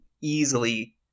easily